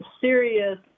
Serious